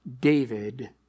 David